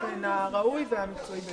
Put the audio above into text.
1 בעד, 4 נגד